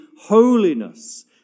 holiness